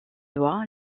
doigt